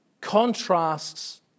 contrasts